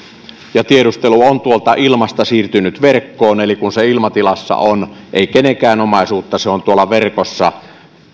tiedustelu on tuolta ilmasta siirtynyt verkkoon eli kun se ilmatilassa on ei kenenkään omaisuutta se on tuolla verkossa